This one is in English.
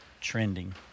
trending